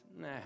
nah